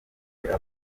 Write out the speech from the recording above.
avuga